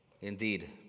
Indeed